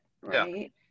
right